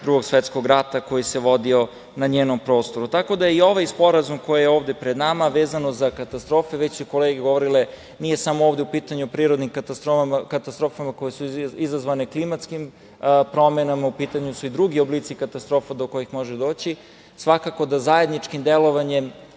Drugog svetskog rata koji se vodio na njenom prostoru. Tako da je i ovaj sporazum, koji je ovde pred nama, vezano za katastrofe, već su kolege govorile, nije samo ovde u pitanju o prirodnim katastrofama koje su izazvane klimatskim promenama, u pitanju su i drugi oblici katastrofa do kojih može doći. Svakako da zajedničkim delovanjem